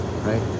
right